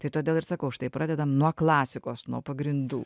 tai todėl ir sakau štai pradedam nuo klasikos nuo pagrindų